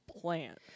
plant